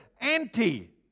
anti